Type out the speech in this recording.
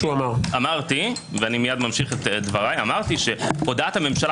אמרתי ואני מייד ממשיך את דבריי שהודעת הממשלה